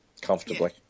comfortably